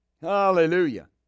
Hallelujah